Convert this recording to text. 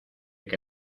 que